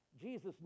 jesus